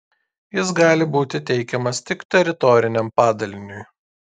jis gali būti teikiamas tik teritoriniam padaliniui